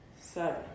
seven